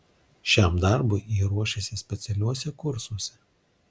šiam darbui jie ruošiasi specialiuose kursuose